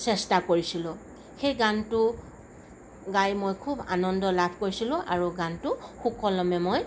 চেষ্টা কৰিছিলোঁ সেই গানটো গাই মই খুব আনন্দ লাভ কৰিছিলোঁ আৰু গানটো সুকলমে মই